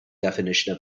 definition